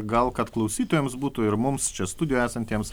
gal kad klausytojams būtų ir mums čia studijoj esantiems